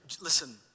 listen